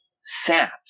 Sat